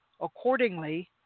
accordingly